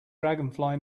dragonfly